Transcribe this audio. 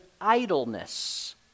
idleness